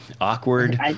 awkward